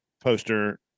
poster